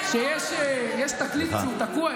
שיש תקליט שהוא תקוע,